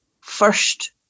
first